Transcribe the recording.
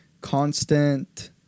constant